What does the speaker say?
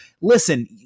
listen